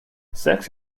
sex